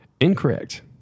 Incorrect